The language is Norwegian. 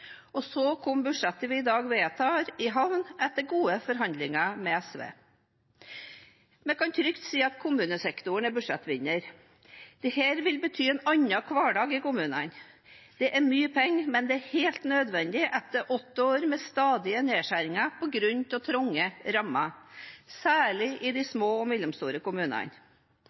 og så kom budsjettet vi i dag vedtar, i havn etter gode forhandlinger med SV. Vi kan trygt si at kommunesektoren er budsjettvinner. Dette vil bety en annen hverdag i kommunene. Det er mye penger, men det er helt nødvendig etter åtte år med stadige nedskjæringer på grunn av trange rammer, særlig i de små og mellomstore kommunene.